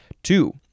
Two